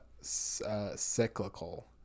cyclical